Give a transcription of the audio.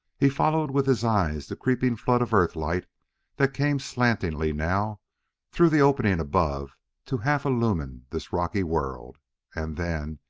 he followed with his eyes the creeping flood of earth-light that came slantingly now through the opening above to half-illumine this rocky world and then,